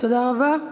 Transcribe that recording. תודה רבה.